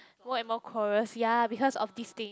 more and more quarrels ya because of this thing